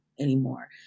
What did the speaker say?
anymore